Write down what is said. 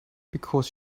because